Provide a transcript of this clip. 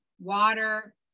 water